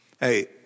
Hey